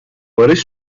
barış